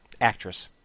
actress